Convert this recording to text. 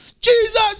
Jesus